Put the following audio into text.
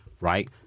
right